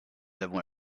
avons